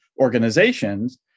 organizations